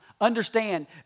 Understand